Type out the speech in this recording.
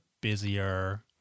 busier